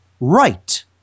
right